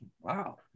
Wow